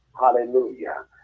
Hallelujah